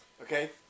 okay